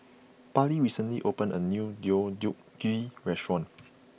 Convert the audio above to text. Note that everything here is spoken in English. Parlee recently opened a new Deodeok Gui restaurant